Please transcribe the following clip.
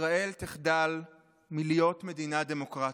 ישראל תחדל מלהיות מדינה דמוקרטית.